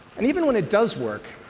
and even when it does work,